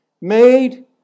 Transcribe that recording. made